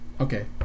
okay